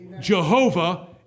Jehovah